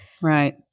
right